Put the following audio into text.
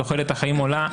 תוחלת החיים עולה,